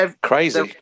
crazy